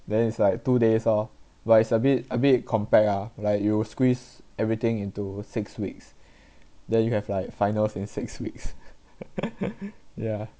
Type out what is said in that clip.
then it's like two days oh but it's a bit a bit compact ah like you squeeze everything into six weeks then you have like finals in six weeks yeah